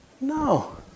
No